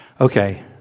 Okay